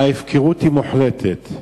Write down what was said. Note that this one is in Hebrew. ההפקרות היא מוחלטת.